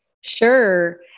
Sure